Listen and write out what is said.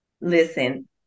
Listen